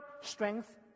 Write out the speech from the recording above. strength